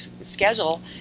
schedule